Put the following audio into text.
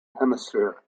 hemisphere